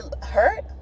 hurt